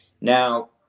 Now